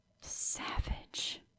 Savage